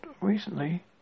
recently